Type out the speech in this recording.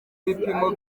bipimo